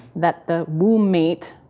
that the womb mate,